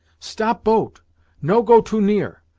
stop boat no go too near.